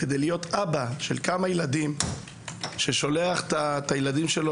אם אתה אבא של כמה ילדים ששולח את הילדים שלו